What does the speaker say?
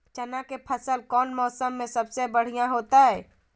चना के फसल कौन मौसम में सबसे बढ़िया होतय?